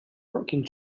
working